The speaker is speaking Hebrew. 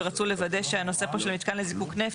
ורצו לוודא שהנושא פה של מתקן לזיקוק נפט,